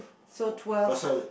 so twelve